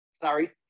sorry